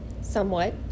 somewhat